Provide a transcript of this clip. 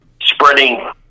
spreading